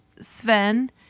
Sven